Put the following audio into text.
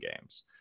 games